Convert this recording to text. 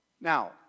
Now